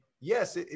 yes